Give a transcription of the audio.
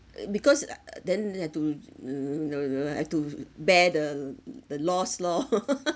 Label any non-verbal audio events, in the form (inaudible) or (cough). (noise) because (noise) then have to (noise) have to bear the (noise) the loss lor (laughs)